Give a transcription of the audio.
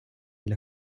для